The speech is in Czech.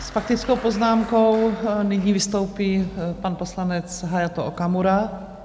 S faktickou poznámkou nyní vystoupí pan poslanec Hayato Okamura.